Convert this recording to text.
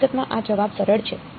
હકીકતમાં આ જવાબ સરળ છે